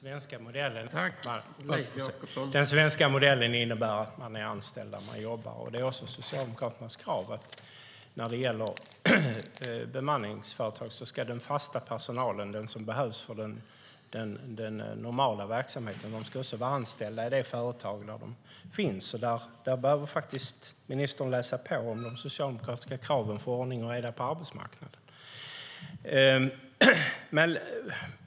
Herr talman! Den svenska modellen innebär att man är anställd där man jobbar. Det är också Socialdemokraternas krav. När det gäller bemanningsföretag ska den fasta personalen, den som behövs för normal verksamhet, vara anställda i det företag där de finns. Här behöver ministern läsa på om de socialdemokratiska kraven för ordning och reda på arbetsmarknaden.